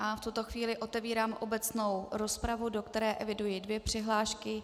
V tuto chvíli otevírám obecnou rozpravu, do které eviduji dvě přihlášky.